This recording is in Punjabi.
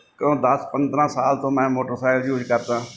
ਕਿਉਂ ਦਸ ਪੰਦਰਾ ਸਾਲ ਤੋਂ ਮੈਂ ਮੋਟਰਸਾਈਕਲ ਯੂਜ ਕਰਦਾ